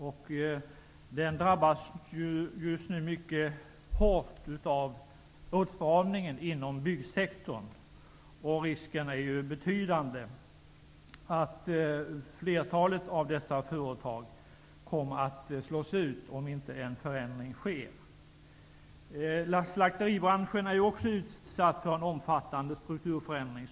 Denna industri drabbas nu mycket hårt av åtstramningen inom byggsektorn. Risken är betydande att flertalet av dessa företag slås ut om inte en förändring sker. Också slakteribranschen utsätts för en omfattande strukturförändring.